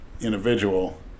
individual